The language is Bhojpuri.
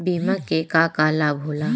बिमा के का का लाभ होला?